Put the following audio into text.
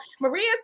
Maria